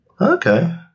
Okay